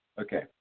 Okay